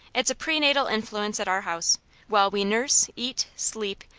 it's a pre-natal influence at our house while we nurse, eat, sleep,